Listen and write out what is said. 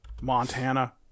Montana